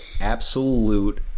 absolute